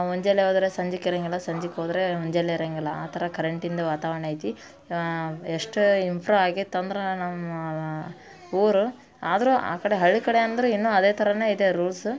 ಮುಂಜಾನೆ ಹೋದ್ರೆ ಸಂಜಿಕೆ ಇರಂಗಿಲ್ಲ ಸಂಜಿಕೆ ಹೋದರೆ ಮುಂಜಾನೆ ಇರಂಗಿಲ್ಲ ಆ ಥರ ಕರೆಂಟಿನದು ವಾತಾವರಣ ಐತಿ ಎಷ್ಟೇ ಇಂಫ್ರೂವ್ ಆಗೈತೆ ಅಂದ್ರೆ ನಮ್ಮ ಊರು ಆದರೂ ಆ ಕಡೆ ಹಳ್ಳಿ ಕಡೆ ಅಂದರೆ ಇನ್ನೂ ಅದೇ ಥರವೇ ಇದೆ ರೂಲ್ಸು